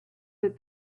that